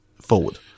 forward